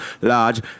large